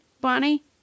Bonnie